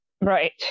right